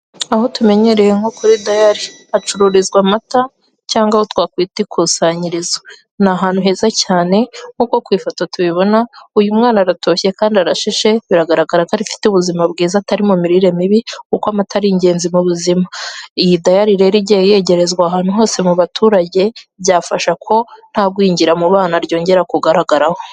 Aho tumenyereye nko kuri dayari, hacururizwa amata cyangwa aho twakwita ikusanyirizo, ni ahantu heza cyane nk'uko ku ifoto tubibona uyu mwana aratoshye kandi arashishe biragaragara ko afite ubuzima bwiza, atari mu mirire mibi kuko amata ari ari ingenzi mu buzima, iyi diyari rero igiye yegerezwa ahantu hose mu baturage, byafasha ko nta gwingira mu bana ryongera kugaragaraho.